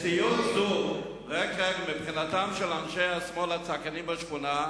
מציאות זו, מבחינתם של אנשי השמאל הצעקנים בשכונה,